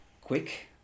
quick